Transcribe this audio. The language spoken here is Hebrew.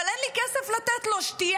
אבל אין לי כסף לתת לו שתייה.